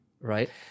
Right